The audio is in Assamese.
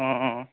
অঁ অঁ